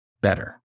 better